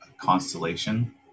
Constellation